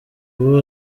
ubu